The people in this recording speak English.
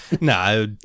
No